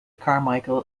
carmichael